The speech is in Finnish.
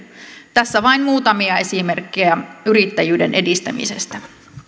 tässä vain muutamia esimerkkejä yrittäjyyden edistämisestä